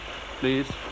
please